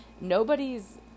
nobody's